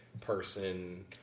person